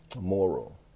moral